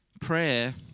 prayer